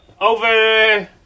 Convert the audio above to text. over